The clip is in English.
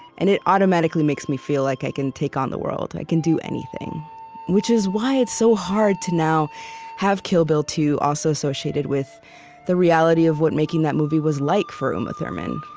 and it automatically makes me feel like i can take on the world. i can do anything which is why it's so hard to now have kill bill two also associated with the reality of what making that movie was like for uma um thurman.